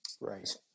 Right